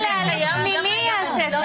אבל זה קיים גם היום, אני לא מבינה.